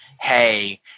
Hey